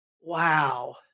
Wow